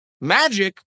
Magic